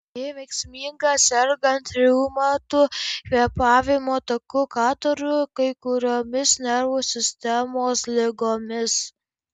ji veiksminga sergant reumatu kvėpavimo takų kataru kai kuriomis nervų sistemos ligomis